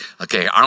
okay